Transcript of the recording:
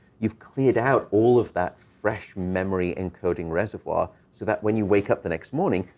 you've cleared out all of that fresh memory encoding reservoir, so that when you wake up the next morning,